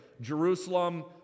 Jerusalem